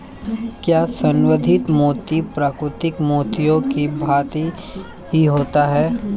क्या संवर्धित मोती प्राकृतिक मोतियों की भांति ही होता है?